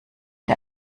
der